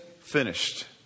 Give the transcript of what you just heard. finished